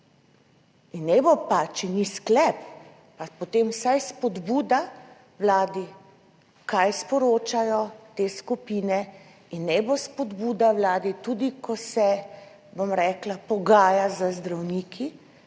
In naj bo, pa če ni sklep, pa potem vsaj spodbuda vladi, kaj sporočajo te skupine. In naj bo spodbuda vladi tudi, ko se pogaja z zdravniki,